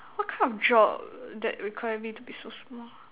what kind of job that require me to be so small